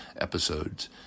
episodes